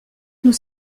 nous